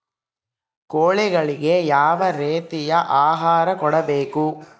ಕೋಳಿಗಳಿಗೆ ಯಾವ ರೇತಿಯ ಆಹಾರ ಕೊಡಬೇಕು?